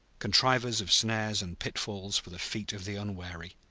contrivers of snares and pitfalls for the feet of the unwary.